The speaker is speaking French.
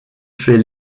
fait